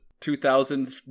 2000s